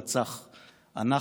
רצח / אנחנו,